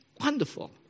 wonderful